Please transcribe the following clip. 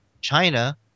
China